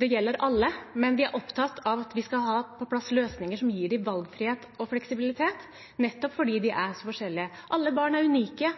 Det gjelder alle, men vi er opptatt av at vi skal ha på plass løsninger som gir valgfrihet og fleksibilitet, nettopp fordi de er så forskjellige. Alle barn er unike,